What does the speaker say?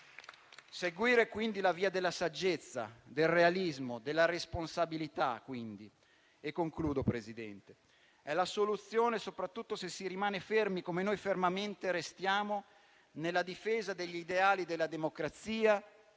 Seguire, quindi, la via della saggezza, del realismo e della responsabilità è la soluzione soprattutto se si rimane fermi, come noi restiamo, nella difesa degli ideali della democrazia,